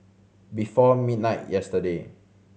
before midnight yesterday